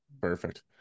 Perfect